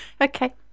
okay